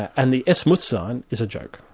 and the es muss sein! is a joke.